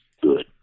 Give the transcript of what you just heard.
good